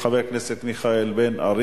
של חבר הכנסת בן-ארי,